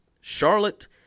Charlotte